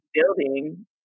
building